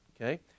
okay